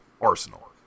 arsenal